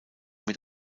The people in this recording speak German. mit